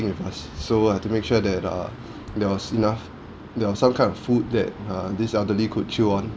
with us so I have to make sure that err there was enough there was some kind of food that err this elderly could chew on